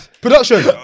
Production